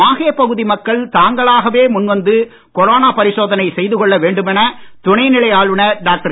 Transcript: மாஹே பகுதி மக்கள் தாங்களாகவே முன்வந்து கொரோனா பரிசோதனை செய்துகொள்ள வேண்டுமென துணைநிலை ஆளுனர் டாக்டர்